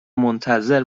منتظر